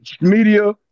Media